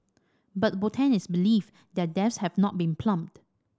but botanists believe their depths have not been plumbed